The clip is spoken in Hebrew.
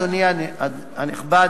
אדוני הנכבד,